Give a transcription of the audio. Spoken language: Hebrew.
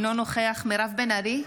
אינו נוכח מירב בן ארי,